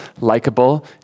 likable